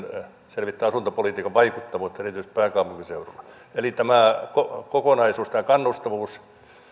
selvittämään asuntopolitiikan vaikuttavuutta erityisesti pääkaupunkiseudulla eli tämä kokonaisuus tämä